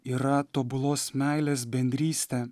yra tobulos meilės bendrystė